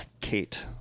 Kate